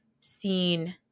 seen